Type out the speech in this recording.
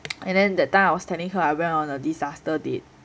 and then that time I was telling her I went on a disaster date